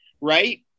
Right